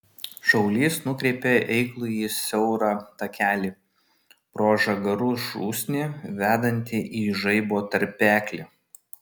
šaulys nukreipė eiklųjį į siaurą takelį pro žagarų šūsnį vedantį į žaibo tarpeklį